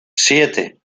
siete